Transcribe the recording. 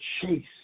chase